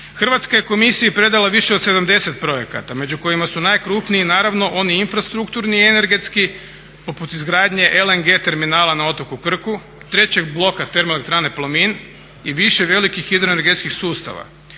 Hrvatska je komisiji predala više od 70 projekata među kojima su najkrupniji naravno oni infrastrukturni, energetski poput izgradnje LNG-terminala na otoku Krku, trećeg bloka Termoelektrane Plomin i više velikih hidroenergetskih sustava.